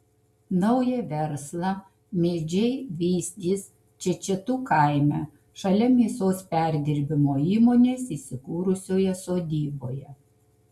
naują verslą mėdžiai vystys čečetų kaime šalia mėsos perdirbimo įmonės įsikūrusioje sodyboje